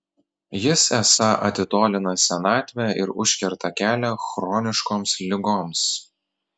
jis esą atitolina senatvę ir užkerta kelią chroniškoms ligoms